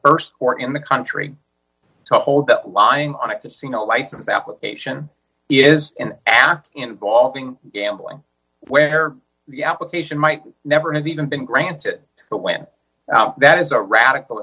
st or in the country to hold the line on a casino license application is an act involving gambling where the application might never have even been granted but when now that is a radical